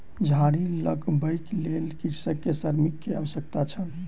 झाड़ी लगबैक लेल कृषक के श्रमिक के आवश्यकता छल